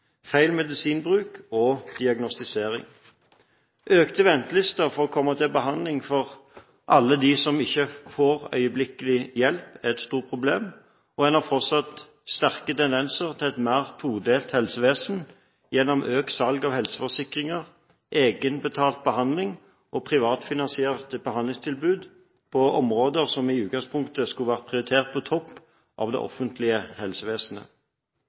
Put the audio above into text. feil medisinbruk og diagnostisering. Økte ventelister for å komme til behandling for alle dem som ikke får øyeblikkelig hjelp, er et stort problem, og en har fortsatt sterke tendenser til et mer todelt helsevesen, gjennom økt salg av helseforsikringer, egenbetalt behandling og privatfinansierte behandlingstilbud på områder som i utgangspunktet skulle vært prioritert på topp av det offentlige helsevesenet.